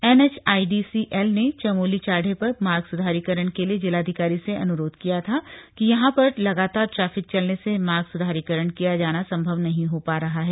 NHIDCL ने चमोली चाढ़े पर मार्ग सुधारीकरण के लिए जिलाधिकारी से अनुरोध किया था कि यहां पर लगातार ट्रैफिक चलने से मार्ग स्धारीकरण किया जाना संभव नहीं हो पा रहा है